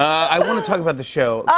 i want to talk about the show. oh, i